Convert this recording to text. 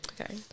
Okay